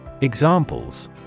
Examples